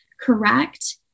correct